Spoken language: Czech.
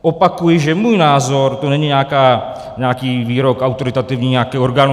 Opakuji, že můj názor to není nějaký výrok autoritativní nějakého orgánu.